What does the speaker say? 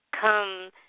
Come